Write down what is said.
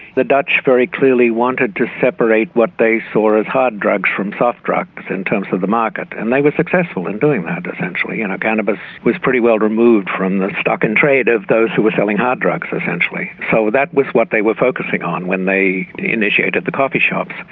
the dutch very clearly wanted to separate what they saw as hard drugs from soft drugs in terms of the market. and they were successful in doing that, essentially you know, cannabis was pretty well removed from the stock-in-trade of those who were selling hard drugs, essentially. so that was what they were focusing on when they initiated the coffee shops.